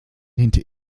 lehnte